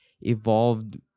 evolved